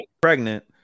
Pregnant